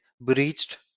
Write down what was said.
breached